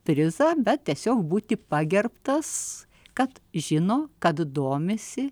prizą bet tiesiog būti pagerbtas kad žino kad domisi